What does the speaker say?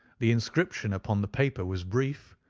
the inscription upon the paper was brief,